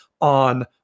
on